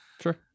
sure